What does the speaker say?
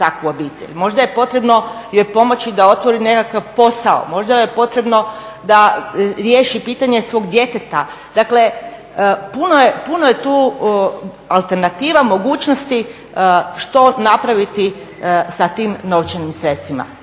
možda je potrebno joj pomoći da otvori nekakav posao, možda joj je potrebno da riješi pitanje svog djeteta. Dakle, puno je tu alternativa, mogućnosti što napraviti sa tim novčanim sredstvima.